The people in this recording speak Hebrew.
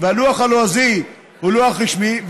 והלוח הלועזי הוא לוח רשמי,